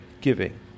giving